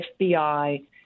FBI